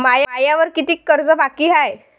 मायावर कितीक कर्ज बाकी हाय?